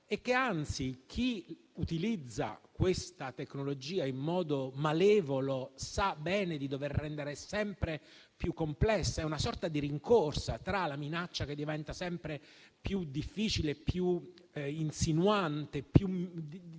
e che, anzi, chi utilizza questa tecnologia in modo malevolo sa bene di dover rendere sempre più complessa. È una sorta di rincorsa; da un lato, vi è la minaccia che diventa sempre più difficile, insinuante e capace